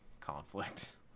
conflict